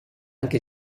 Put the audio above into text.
anche